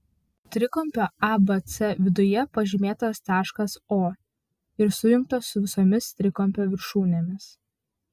trikampio abc viduje pažymėtas taškas o ir sujungtas su visomis trikampio viršūnėmis